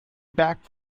back